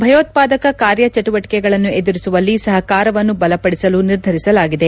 ಭಯೋತ್ವಾದಕ ಕಾರ್ಯ ಚಟುವಟಿಕೆಗಳನ್ನು ಎದುರಿಸುವಲ್ಲಿ ಸಹಕಾರವನ್ನು ಬಲಪಡಿಸಲು ನಿರ್ಧರಿಸಲಾಗಿದೆ